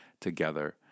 together